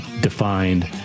defined